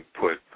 put –